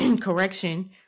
Correction